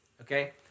Okay